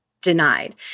denied